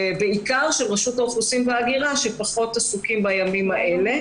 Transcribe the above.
בעיקר של רשות האוכלוסין וההגירה שפחות עסוקה בימים אלה,